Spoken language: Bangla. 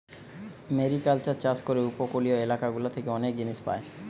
মেরিকালচার চাষ করে উপকূলীয় এলাকা গুলা থেকে অনেক জিনিস পায়